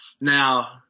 Now